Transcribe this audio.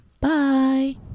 Bye